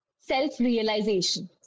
self-realization